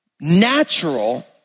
natural